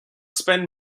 spent